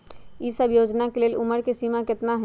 ई सब योजना के लेल उमर के सीमा केतना हई?